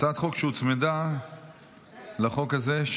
הצעת חוק שהוצמדה להצעת החוק הזאת,